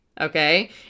okay